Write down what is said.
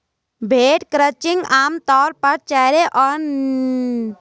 भेड़ क्रचिंग आम तौर पर चेहरे और नितंबों के आसपास से ऊन हटाना है